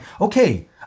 okay